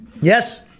Yes